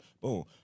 Boom